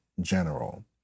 general